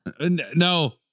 No